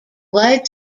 white